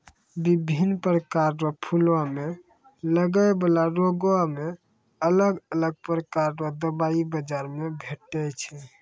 बिभिन्न प्रकार रो फूलो मे लगै बाला रोगो मे अलग अलग प्रकार रो दबाइ बाजार मे भेटै छै